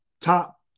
top